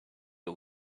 you